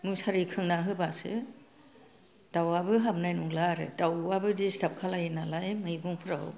मुसारि खोंनानै होबासो दाउआबो हाबनाय नंला आरो दाउआबो दिस्तार्ब खालामो नालाय मैगंफोराव